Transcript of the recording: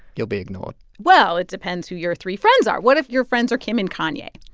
you'll be ignored well, it depends who your three friends are. what if your friends are kim and kanye?